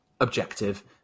objective